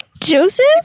Joseph